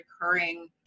recurring